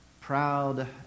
proud